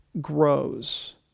grows